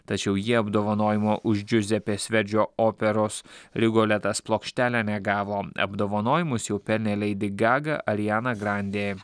tačiau jie apdovanojimo už džiuzepės verdžio operos rigoletas plokštelę negavo apdovanojimus jau pelnė leidi gaga ariana grandė